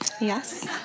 Yes